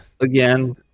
Again